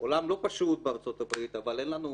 עולם לא פשוט בארצות-הברית אבל אין לנו